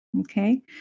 Okay